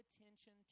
attention